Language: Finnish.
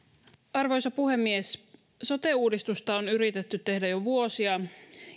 arvoisa puhemies sote uudistusta on yritetty tehdä jo vuosia